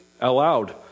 aloud